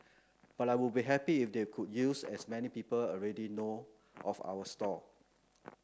but I would be happy if they could use as many people already know of our stall